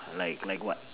like like what